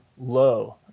low